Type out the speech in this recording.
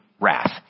wrath